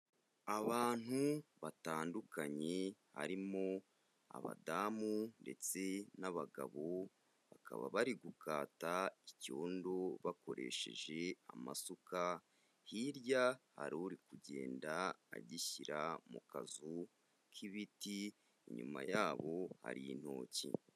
Abantu batandukanye harimo abadamu ndetse n'abagabo, bakaba bari gukata icyondo bakoresheje amasuka, hirya hari uri kugenda agishyira mu kazu k'ibiti, inyuma yabo hari intoki.